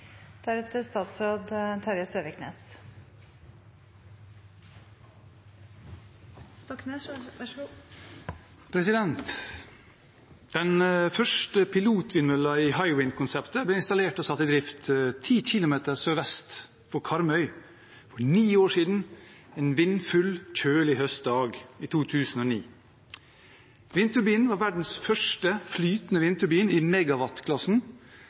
Den første pilotvindmøllen i Hywind-konseptet ble installert og satt i drift 10 km sørvest for Karmøy for ni år siden, en vindfull, kjølig høstdag i 2009. Vindturbinen var verdens første flytende vindturbin i